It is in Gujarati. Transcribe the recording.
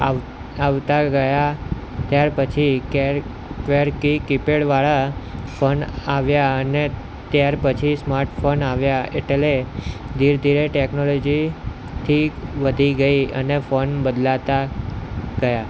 આવ આવતા ગયા ત્યાર પછી કવેર કીપેડ વાળા ફોન આવ્યા અને ત્યાર પછી સ્માર્ટ ફોન આવ્યા એટલે ધીરે ધીરે ટેકનોલોજીથી વધી ગઈ અને ફોન બદલાતા ગયા